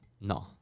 No